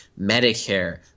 Medicare